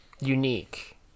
unique